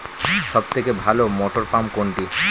সবথেকে ভালো মটরপাম্প কোনটি?